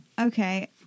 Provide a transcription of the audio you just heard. Okay